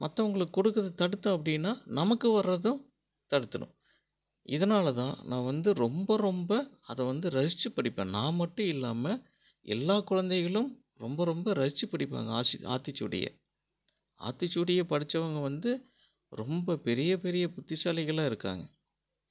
மற்றவங்களுக்கு கொடுக்குறத தடுத்தோம் அப்படினா நமக்கு வரதும் தடுத்துரும் இதனால் தான் நான் வந்து ரொம்ப ரொம்ப அதை வந்து ரசிச்சு படிப்பேன் நான் மட்டும் இல்லாமல் எல்லா குழந்தைகளும் ரொம்ப ரொம்ப ரசிச்சு படிப்பாங்க ஆசி ஆத்திச்சூடியை ஆத்திச்சூடியை படிச்சவங்க வந்து ரொம்ப பெரிய பெரிய புத்திசாலிகளாக இருக்காங்க